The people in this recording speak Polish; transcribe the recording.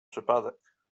przypadek